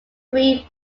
free